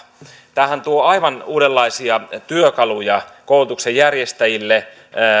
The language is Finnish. tämähän tuo aivan uudenlaisia työkaluja koulutuksen järjestäjille